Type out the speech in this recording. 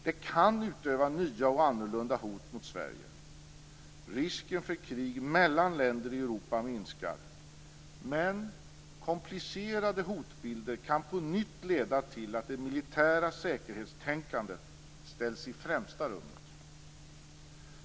De kan utöva nya och annorlunda hot mot Sverige. Risken för krig mellan länder i Europa minskar, men komplicerade hotbilder kan på nytt leda till att det militära säkerhetstänkandet ställs i främsta rummet.